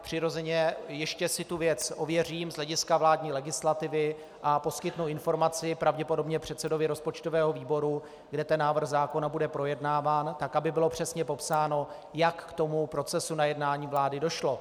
Přirozeně si tu věc ještě ověřím z hlediska vládní legislativy a poskytnu informaci, pravděpodobně předsedovi rozpočtového výboru, kde návrh zákona bude projednáván, tak, aby bylo přesně popsáno, jak k tomu procesu na jednání vlády došlo.